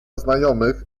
znajomych